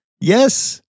Yes